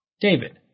David